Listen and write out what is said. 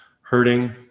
hurting